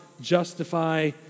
justify